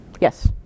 Yes